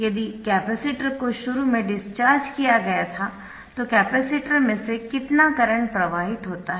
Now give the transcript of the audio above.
यदि कैपेसिटर को शुरू में डिस्चार्ज किया गया था तो कैपेसिटर में से कितना करंट प्रवाहित होता है